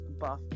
buff